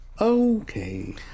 Okay